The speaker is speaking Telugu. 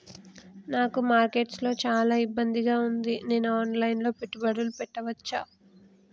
నాకు మార్కెట్స్ లో చాలా ఇబ్బందిగా ఉంది, నేను ఆన్ లైన్ లో పెట్టుబడులు పెట్టవచ్చా?